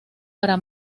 para